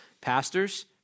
pastors